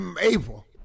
April